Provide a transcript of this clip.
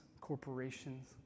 corporations